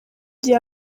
gihe